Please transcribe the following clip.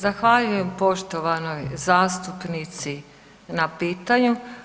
Zahvaljujem poštovanoj zastupnici na pitanju.